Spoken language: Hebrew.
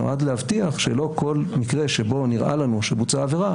שנועד להבטיח שלא כל מקרה שבו נראה לנו שבוצעה עבירה,